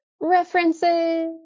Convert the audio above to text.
references